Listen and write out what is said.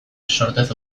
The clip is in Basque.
sortzez